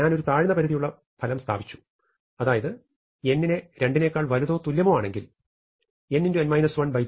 ഞാൻ ഒരു താഴ്ന്നപരിധിയുള്ള ഫലം സ്ഥാപിച്ചു അതായത് n നെ 2 നേക്കാൾ വലുതോ തുല്യമോ ആണെങ്കിൽ n2 n24 ന് മുകളിലാണ്